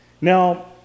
Now